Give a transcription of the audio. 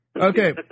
Okay